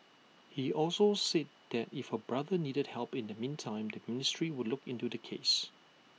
he also said that if her brother needed help in the meantime the ministry would look into the case